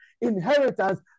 inheritance